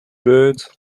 birds